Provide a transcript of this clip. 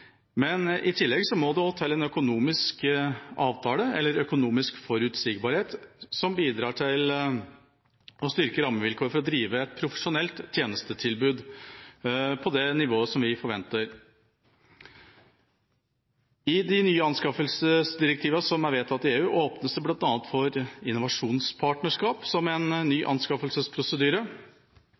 men i tillegg må det også til en økonomisk forutsigbarhet som bidrar til å styrke rammevilkårene for å drive et profesjonelt tjenestetilbud på det nivået vi forventer. I de nye anskaffelsesdirektivene som er vedtatt i EU, åpnes det bl.a. for innovasjonspartnerskap som en ny anskaffelsesprosedyre.